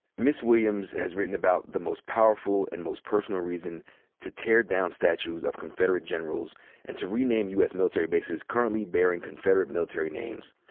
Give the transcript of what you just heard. miss williams has written about the most powerful and most personal reason to tear down statues of confederate generals and to rename u. s. military bases currently bearing confederate military names.